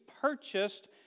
purchased